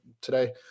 today